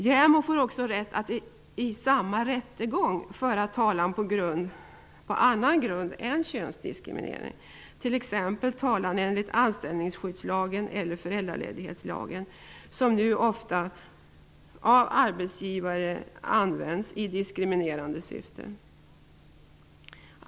JämO får också rätt att i samma rättegång föra talan på annan grund än könsdiskriminering, t.ex talan enligt anställningsskyddslagen eller föräldraledighetslagen -- som nu ofta av arbetsgivare används i diskriminerande syfte.